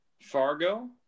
Fargo